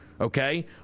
okay